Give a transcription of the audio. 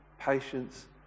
patience